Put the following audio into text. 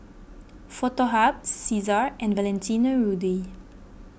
Foto Hub Cesar and Valentino Rudy